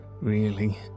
really